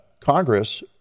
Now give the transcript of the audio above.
Congress